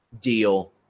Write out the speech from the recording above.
deal